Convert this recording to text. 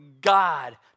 God